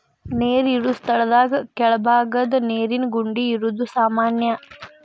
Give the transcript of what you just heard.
ನೇರ ಇರು ಸ್ಥಳದಾಗ ಕೆಳಬಾಗದ ನೇರಿನ ಗುಂಡಿ ಇರುದು ಸಾಮಾನ್ಯಾ